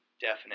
definite